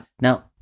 Now